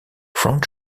front